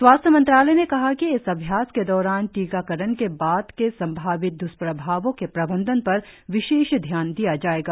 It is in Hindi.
सवास्थ्य मंत्रालय ने कहा कि इस अभ्यास के दौरान टीकाकरण के बाद के संभावित दृष्प्रभावों के प्रबंधन पर विशेष ध्यान दिया जायेगा